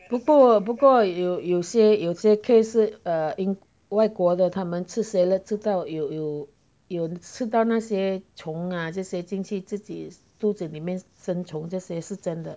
不过不过有有些有些 case 是 err in 外国的他们吃 salad 吃到有有有吃到那些虫啊这些经济自己肚子里面生虫这些是真的